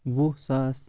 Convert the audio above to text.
وُہ ساس